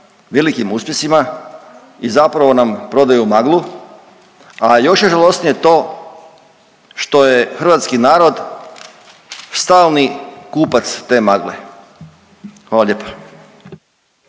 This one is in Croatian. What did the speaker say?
velikim uspjesima i zapravo nam prodaju maglu, a još je žalosnije to što je hrvatski narod stalni kupac te magle. Hvala lijepa.